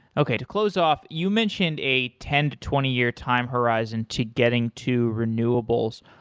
okay, to close off, you mentioned a ten to twenty year time horizon to getting to renewables.